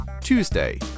Tuesday